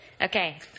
Okay